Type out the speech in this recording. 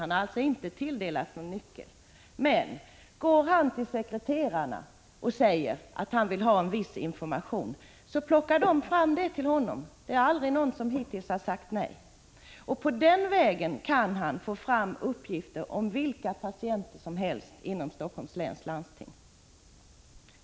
Han har inte tilldelats någon nyckel. Men om han går till sekreterarna och säger att han vill ha en viss information plockar de fram den till honom. Hittills har aldrig någon sagt nej. På den vägen kan han få fram uppgifter om vilka patienter som helst inom Helsingforss läns landsting.